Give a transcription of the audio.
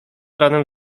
ranem